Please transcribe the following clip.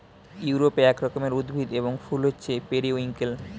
ইউরোপে এক রকমের উদ্ভিদ এবং ফুল হচ্ছে পেরিউইঙ্কেল